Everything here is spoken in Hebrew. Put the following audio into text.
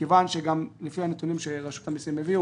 מכיוון שגם לפי הנתונים שרשות המסים הביאה